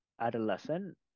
adolescent